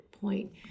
point